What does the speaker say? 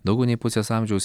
daugiau nei pusės amžiaus